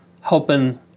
helping